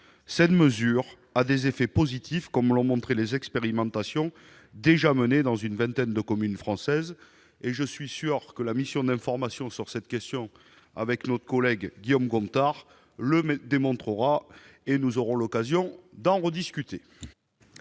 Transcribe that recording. telle mesure a des effets positifs, comme l'ont montré les expérimentations déjà menées dans une vingtaine de communes françaises. Je suis sûr que la mission d'information sur cette question, dont fait partie notre collègue Guillaume Gontard, le démontrera. Nous aurons l'occasion d'en discuter